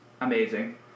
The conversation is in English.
amazing